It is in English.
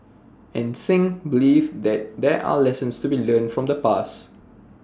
and Singh believes that there are lessons to be learnt from the past